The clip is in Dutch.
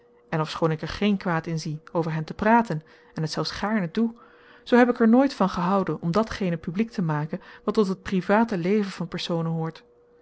en ofschoon ik er géén kwaad in zie over hen te praten en het zelfs gaarne doe zoo heb ik er nooit van gehouden om datgene publiek te maken wat tot het private leven van personen behoort